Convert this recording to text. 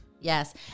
Yes